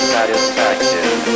Satisfaction